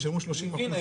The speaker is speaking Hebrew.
ישלמו 30%. היא הבינה,